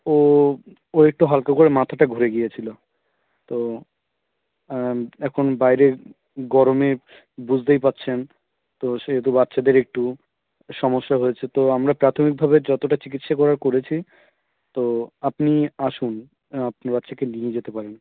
ও ও একটু হালকা করে মাথাটা ঘুরে গিয়েছিল তো এখন বাইরে গরমে বুঝতেই পারছেন তো সেহেতু বাচ্চাদের একটু সমস্যা হয়েছে তো আমরা প্রাথমিকভাবে যতটা চিকিৎসা করার করেছি তো আপনি আসুন আপনি বাচ্চাকে নিয়ে যেতে পারেন